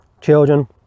children